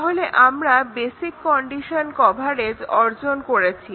তাহলে আমরা basic condition coverage অর্জন করেছি